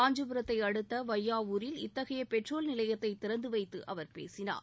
காஞ்சிபுரத்தை அடுத்த வையாவூரில் இத்தகைய பெட்ரோல் நிலையத்தை திறந்து வைத்து அவர் பேசினார்